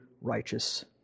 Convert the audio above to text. righteous